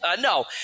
No